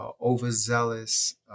overzealous